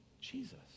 Jesus